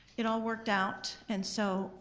it all worked out and so